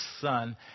son